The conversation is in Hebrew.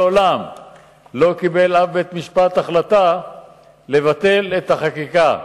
מעולם לא קיבל אף בית-משפט החלטה לבטל את החקיקה.